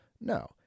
no